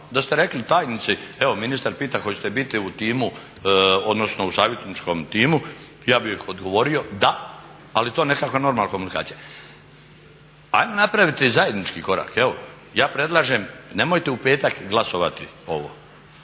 da ste rekli tajnici evo ministar pita hoćete biti u timu odnosno u savjetničkom timu, ja bih odgovorio da, ali to je nekakva normalna komunikacija. Ajmo napraviti zajednički korak evo, ja predlažem nemojte u petak glasovati ovo.